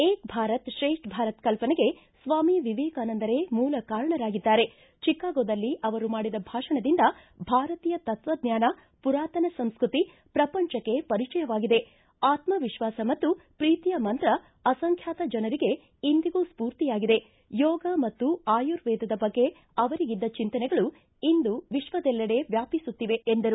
ಏಕಭಾರತ್ ಕ್ರೇಷ್ಠ ಭಾರತ್ಕಲ್ಪನೆಗೆ ಸ್ವಾಮಿ ವಿವೇಕಾನಂದರೇ ಮೂಲ ಕಾರಣರಾಗಿದ್ದಾರೆ ಚಿಕಾಗೋದಲ್ಲಿ ಅವರು ಮಾಡಿದ ಭಾಷಣದಿಂದ ಭಾರತೀಯ ತತ್ತಜ್ಞಾನ ಮರಾತನ ಪಂಸ್ಕೃತಿ ಪ್ರಂಪಚಕ್ಕೆ ಪರಿಚಯವಾಗಿದೆ ಆತ್ಸವಿಶ್ವಾಸ ಮತ್ತು ಪ್ರೀತಿಯ ಮಂತ್ರ ಅಸಂಖ್ವಾತ ಜನರಿಗೆ ಇಂದಿಗೂ ಸ್ಫೂರ್ತಿಯಾಗಿದೆ ಯೋಗ ಮತ್ತು ಆಯುರ್ವೇದದ ಬಗ್ಗೆ ಅವರಿಗಿದ್ದ ಚಿಂತನೆಗಳು ಇಂದು ವಿಶ್ವದೆಲ್ಲೆಡೆ ವ್ಯಾಪ್ತಿಸುತ್ತಿವೆ ಎಂದರು